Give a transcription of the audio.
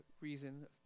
reason